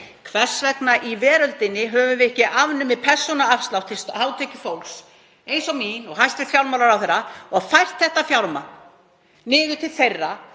Hvers vegna í veröldinni höfum við ekki afnumið persónuafslátt til hátekjufólks, eins og mín og hæstv. fjármálaráðherra, og fært þetta fjármagn niður til þeirra